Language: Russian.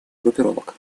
группировок